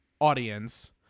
audience